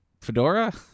fedora